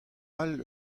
all